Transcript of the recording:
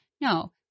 No